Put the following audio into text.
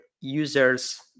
users